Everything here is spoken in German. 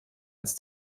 als